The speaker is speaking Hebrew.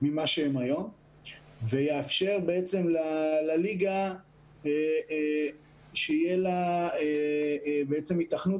ממה שהם היום ויאפשרו מצב שלליגה תהיה היתכנות